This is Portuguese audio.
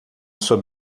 sob